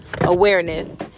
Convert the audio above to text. awareness